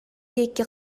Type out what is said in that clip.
диэки